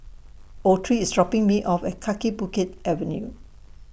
Autry IS dropping Me off At Kaki Bukit Avenue